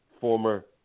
former